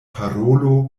parolo